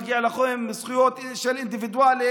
מגיעות לכם זכויות של אינדיבידואלים,